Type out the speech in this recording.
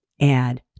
add